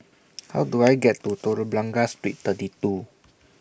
How Do I get to Telok Blangah Street thirty two